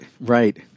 right